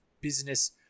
business